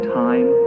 time